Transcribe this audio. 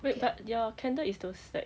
wait but your candle is those like